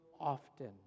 often